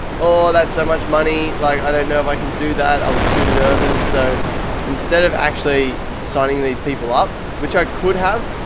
oh, that's so much money. like i don't know if i can do that. i was too nervous. so instead of actually signing these people up, which i could have,